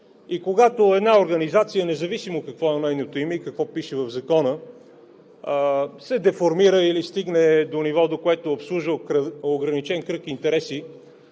И когато една организация, независимо какво е нейното име и какво пише в Закона, се деформира или стигне до ниво, до което е обслужвала ограничен кръг интереси